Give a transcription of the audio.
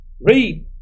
Read